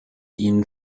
ihn